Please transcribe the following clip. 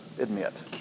admit